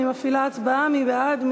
אני מפעילה הצבעה, מי בעד?